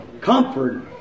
Comfort